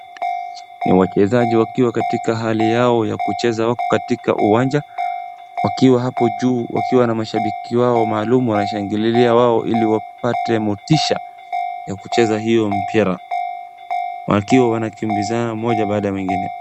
Ni wachezaji wakiwa katika hali yao ya kucheza. Wako katika uwanja wakiwa hapo juu wakiwa na mashabiki wao maalum wanashangililia wao ili wapate motisha ya kucheza hiyo mpira. wakiwa wanakimbizana mmoja baada ya mwingine.